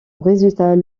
résultat